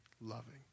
loving